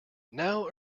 now